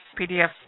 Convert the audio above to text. PDF